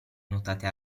nuotate